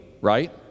right